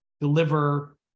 deliver